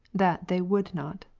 that they would not.